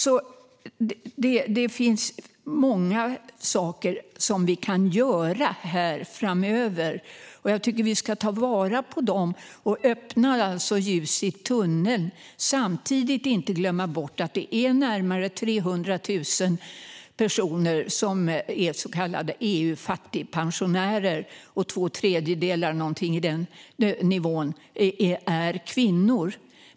Det finns många saker som vi kan göra här framöver, och jag tycker att vi ska ta vara på dem och öppna för ljus i tunneln. Samtidigt ska vi inte glömma bort att det är närmare 300 000 personer som är så kallade EU-fattigpensionärer och att någonstans runt två tredjedelar av dem är kvinnor.